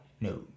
No